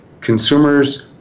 consumers